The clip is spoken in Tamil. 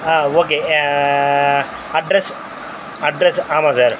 ஆ ஓகே அட்ரெஸ் அட்ரெஸ்ஸு ஆமாம் சார்